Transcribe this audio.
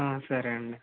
సరే అండి